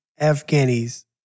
Afghani's